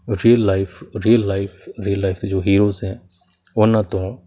real life real life real life ਦੇ ਜੋ heroes ਹੈ ਉਹਨਾਂ ਤੋਂ